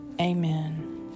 Amen